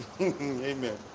Amen